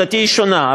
עמדתי היא שונה,